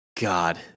god